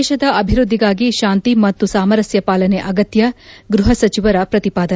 ದೇಶದ ಅಭಿವೃದ್ದಿಗಾಗಿ ಶಾಂತಿ ಮತ್ತು ಸಾಮರಸ್ಥ ಪಾಲನೆ ಅಗತ್ಯ ಗೃಹಸಚಿವರ ಪ್ರತಿಪಾದನೆ